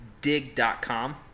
dig.com